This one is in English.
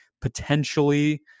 potentially